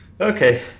Okay